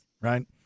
right